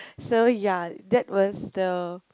so ya that was the